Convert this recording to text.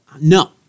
No